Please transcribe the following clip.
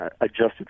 adjusted